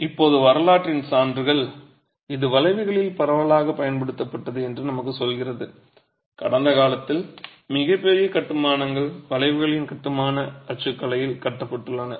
இப்போது வரலாற்றின் சான்றுகள் இது வளைவுகளில் பரவலாகப் பயன்படுத்தப்பட்டது என்று நமக்குச் சொல்கிறது கடந்த காலத்தில் மிகப் பெரிய கட்டுமானங்கள் வளைவுகளின் கட்டமைப்பு அச்சுக்கலையில் கட்டப்பட்டுள்ளன